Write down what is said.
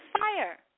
fire